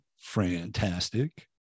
fantastic